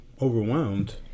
overwhelmed